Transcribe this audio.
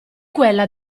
quella